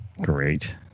Great